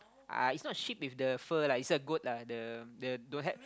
ah it's not sheep with the fur lah it's a goat lah the the don't have